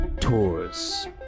tours